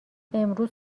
امروز